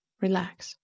Relax